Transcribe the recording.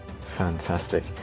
Fantastic